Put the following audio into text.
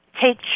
take